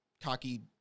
cocky